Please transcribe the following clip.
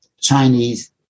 Chinese